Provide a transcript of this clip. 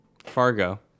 Fargo